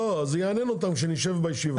זה יעניין אותם כשנשב בישיבה.